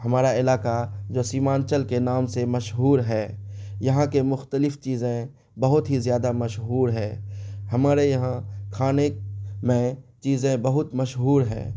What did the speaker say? ہمارا علاقہ جو سیمانچل کے نام سے مشہور ہے یہاں کے مختلف چیزیں بہت ہی زیادہ مشہور ہے ہمارے یہاں کھانے میں چیزیں بہت مشہور ہیں